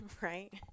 Right